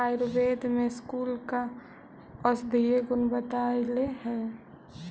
आयुर्वेद में स्कूल का औषधीय गुण बतईले हई